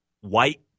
white